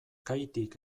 kaitik